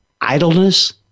idleness